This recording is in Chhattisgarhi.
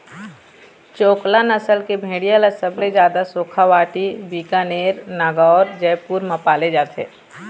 चोकला नसल के भेड़िया ल सबले जादा सेखावाटी, बीकानेर, नागौर, जयपुर म पाले जाथे